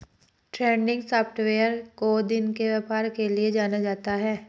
trending software को दिन के व्यापार के लिये जाना जाता है